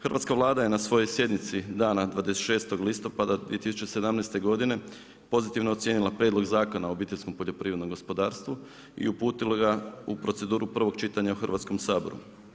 Hrvatska Vlada je svojoj sjednici dana 26. listopada 2017. godine pozitivno ocijenila prijedlog Zakona o obiteljskom poljoprivrednom gospodarstvu i uputila ga u proceduru prvog čitanja u Hrvatskom saboru.